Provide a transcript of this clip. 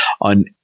On